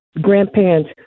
grandparents